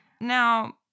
Now